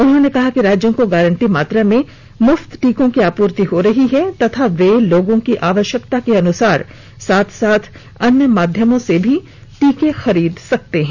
उन्होंने कहा कि राज्यों को गारंटी मात्रा में मुफ्त टीकों की आपूर्ति हो रही है तथा वे लोगों की आवश्यकता अनुसार साथ साथ अन्य माध्यमों से भी टीके खरीद सकते हैं